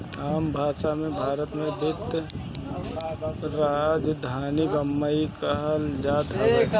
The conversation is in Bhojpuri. आम भासा मे, भारत के वित्तीय राजधानी बम्बई के कहल जात हवे